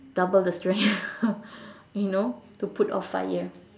double the strength you know to put off fire